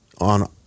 on